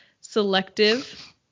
selective